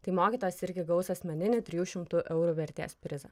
tai mokytojas irgi gaus asmeninį trijų šimtų eurų vertės prizą